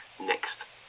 next